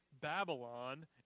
Babylon